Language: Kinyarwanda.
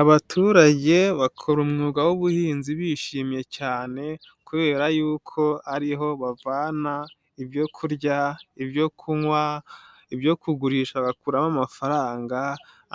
Abaturage bakora umwuga w'ubuhinzi bishimye cyane kubera yuko ariho bavana ibyo kurya, ibyo kunywa, ibyo kugurisha bakuramo amafaranga,